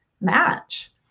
match